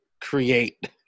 create